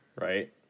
Right